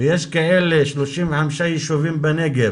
ויש כאלה 35 ישובים בנגב.